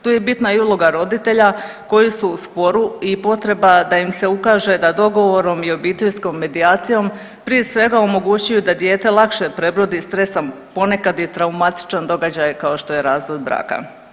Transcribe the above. Tu je bitna i uloga roditelja koji su u sporu i potreba da im se ukaže da dogovorom i obiteljskom medijacijom, prije svega, omogućuju da dijete lakše prebrodi stresan, ponekad i traumatičan događaj, kao što je razvod braka.